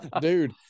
dude